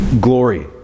glory